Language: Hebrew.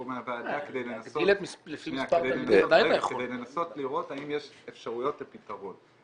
מהוועדה כדי לנסות לראות האם יש אפשרויות לפתרון,